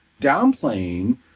downplaying